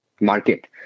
market